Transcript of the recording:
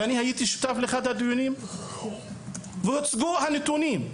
ואני הייתי שותף לאחד הדיונים ושם הוצגו הנתונים.